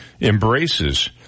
embraces